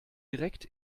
direkt